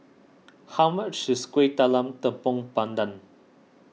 how much is Kuih Talam Tepong Pandan